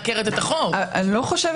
אני חושבת שהתכלית של החוק נשמרת.